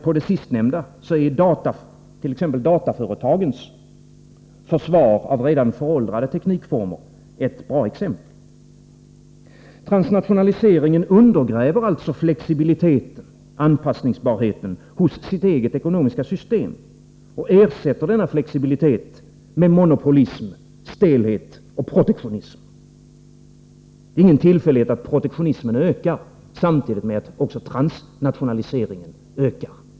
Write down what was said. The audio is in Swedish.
På det sistnämnda är dataföretagens försvar av redan föråldrade teknikformer ett bra exempel. Transnationaliseringen undergräver alltså också flexibiliteten, anpassningsbarheten, hos sitt eget ekonomiska system och ersätter denna med monopolism, stelhet och protektionism. Det är ingen tillfällighet att protektionismen ökar samtidigt med att också transnationaliseringen ökar.